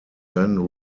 then